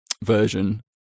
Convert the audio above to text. version